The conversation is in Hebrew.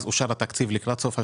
אז אושר התקציב לקראת סוף השנה,